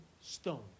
stone